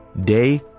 day